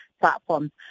platforms